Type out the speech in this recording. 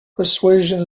persuasion